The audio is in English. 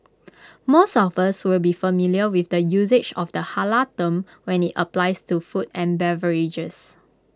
most of us will be familiar with the usage of the Halal term when IT applies to food and beverages